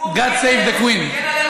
God Save the Queen.